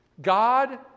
God